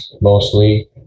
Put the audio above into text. mostly